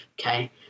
Okay